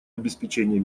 обеспечения